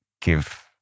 give